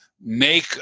make